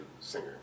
singer